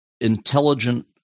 intelligent